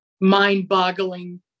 mind-boggling